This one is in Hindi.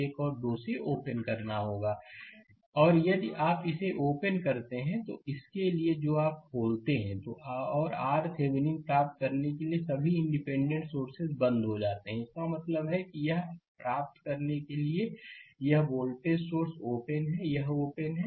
स्लाइड समय देखें 1223 और यदि आप इसे ओपन करते हैं तो इसके लिए जो आप खोलते हैं और RThevenin प्राप्त करने के लिए सभी इंडिपेंडेंट सोर्स बंद हो जाते हैं इसका मतलब है कि यह प्राप्त करने के लिए यह वोल्टेज सोर्स ओपन है यह ओपन है